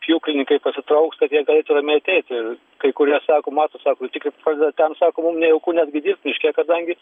pjūklininkai pasitrauks kad jie galėtų ramiai ateiti kai kurie sako mato sako tiktai pradeda temt sako mum nejauku netgi dirbt miške kadangi